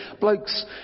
Blokes